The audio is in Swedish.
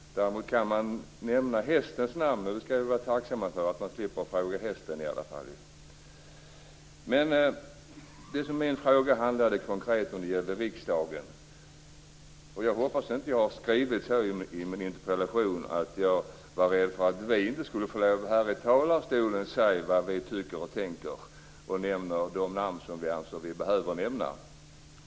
Däremot får man nämna hästens namn, och det skall vi vara tacksamma för, att man i alla fall slipper fråga hästen. Det som min fråga konkret handlade om gällde riksdagen, och jag hoppas att jag inte har skrivit i min interpellation att jag var rädd för att vi inte skulle få lov att i talarstolen få säga det som vi tycker och tänker och nämna de namn som vi behöver nämna.